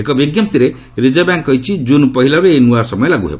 ଏକ ବିଜ୍ଞପ୍ତିରେ Reserve Bank କହିଛି ଜୁନ୍ ପହିଲାରୁ ଏହି ନୂଆ ସମୟ ଲାଗୁ ହେବ